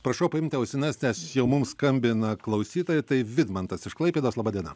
prašau paimti ausines nes jau mums skambina klausytojai tai vidmantas iš klaipėdos laba diena